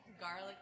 Garlic